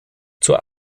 zur